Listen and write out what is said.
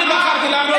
אני בחרתי לענות,